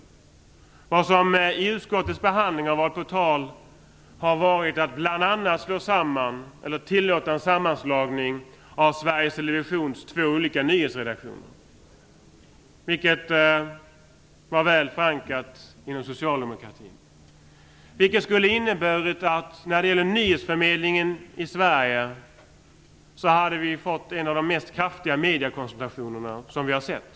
Något som har varit på tal i utskottets behandling har bl.a. varit att tillåta en sammanslagning av Sveriges Televisions två olika nyhetsredaktioner - ett förslag som var väl förankrat inom socialdemokratin. För nyhetsförmedlingen i Sverige hade det inneburit en av de mest kraftiga mediakoncentrationer som vi har upplevt.